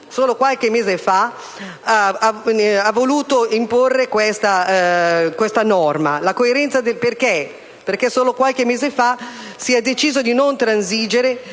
che qualche mese fa ha voluto imporre questa norma. Solo qualche mese fa si è deciso di non transigere